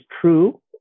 true